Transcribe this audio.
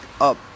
up